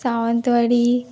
Sawantwadi